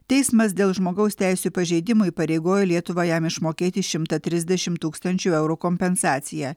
teismas dėl žmogaus teisių pažeidimų įpareigojo lietuvą jam išmokėti šimtą trisdešim tūkstančių eurų kompensaciją